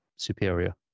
Superior